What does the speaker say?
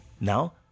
Now